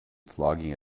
flogging